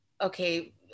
okay